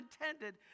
intended